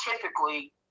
typically